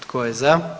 Tko je za?